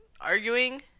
arguing